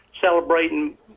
celebrating